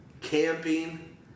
camping